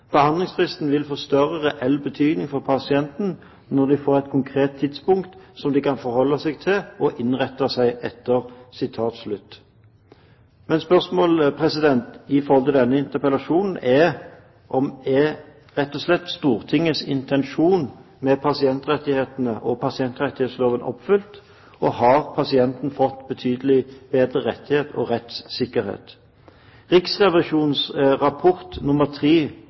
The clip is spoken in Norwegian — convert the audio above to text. behandlingsfristen går ut. Behandlingsfristen vil få større reell betydning for pasientene når de får et konkret tidspunkt som de kan forholde seg til og innrette seg etter.» Men spørsmålet i forhold til denne interpellasjonen er rett og slett om Stortingets intensjon med pasientrettighetene og pasientrettighetsloven er oppfylt. Har pasientene fått betydelig bedre rettigheter og rettssikkerhet?